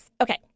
Okay